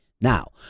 Now